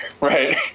Right